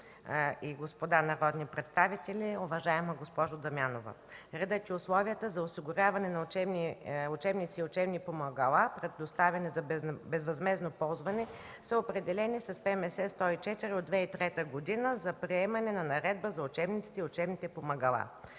и господа народни представители! Уважаема госпожо Дамянова, редът и условията за осигуряване на учебници и учебни помагала, предоставени за безвъзмездно ползване, са определени с Постановление на Министерския съвет № 104 от 2003 г. за приемане на Наредба за учебниците и учебните помагала.